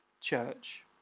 church